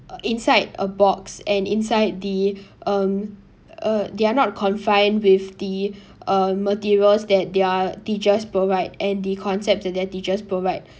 inside a box and inside the um uh they are not confined with the uh materials that their teachers provide and the concepts that their teachers provide